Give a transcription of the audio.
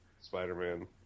Spider-Man